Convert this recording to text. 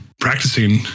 practicing